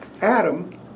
Adam